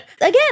Again